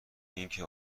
اینکه